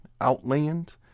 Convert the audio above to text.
Outland